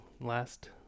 last